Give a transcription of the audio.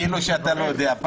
כאילו שאתה לא יודע.